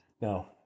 No